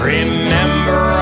Remember